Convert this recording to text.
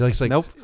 Nope